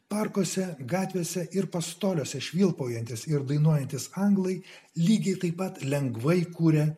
parkuose gatvėse ir pastoliuose švilpaujantis ir dainuojantis anglai lygiai taip pat lengvai kūrė